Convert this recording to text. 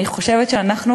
אני חושבת שאנחנו,